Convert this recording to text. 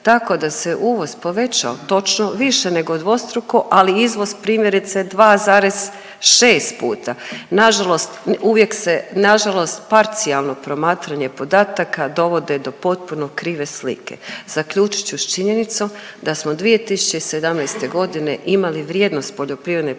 tako da se uvoz povećao točno više nego dvostruko, ali izvoz, primjerice, 2,6 puta. Nažalost uvijek se, nažalost parcijalno promatranje podataka dovode do potpuno krive slike. Zaključit ću s činjenicom da smo 2017. g. imali vrijednost poljoprivredne